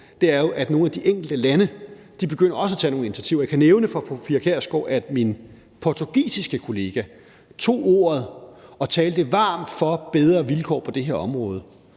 på, er, at nogle af de enkelte lande også begynder at tage nogle initiativer. Jeg kan nævne for fru Pia Kjærsgaard, at min portugisiske kollega tog ordet og talte varmt for bedre vilkår på det her område.